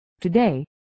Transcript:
Today